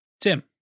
Tim